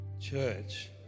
Church